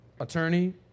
attorney